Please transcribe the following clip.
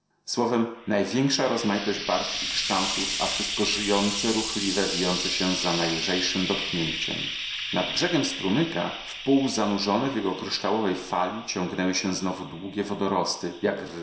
słowem największa rozmaitość barw i kształtów a wszystko żyjące ruchliwe wijące się za najlżejszym dotknięciem nad brzegiem strumyka wpół zanurzone w jego kryształowej fali ciągnęły się znowu długie wodorosty jak